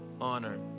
honor